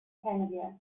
tangier